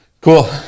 Cool